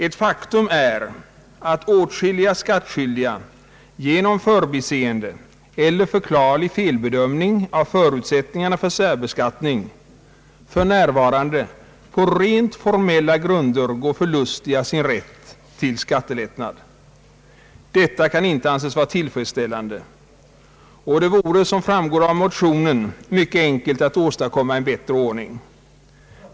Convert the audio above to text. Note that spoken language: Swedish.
Ett faktum är att åtskilliga skattskyldiga genom förbiseende eller förklarlig felbedömning av förutsättningarna för särbeskattning för närvarande på rent formella grunder går förlustiga sin rätt till skattelättnad. Detta kan inte anses vara tillfredsställande. Det vore, såsom framgår av motionen, mycket enkelt att åstadkomma en bättre ordning.